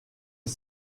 est